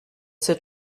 sept